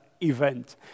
event